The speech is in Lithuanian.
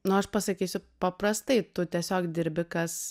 nu aš pasakysiu paprastai tu tiesiog dirbi kas